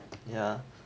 yeah